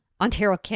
ontario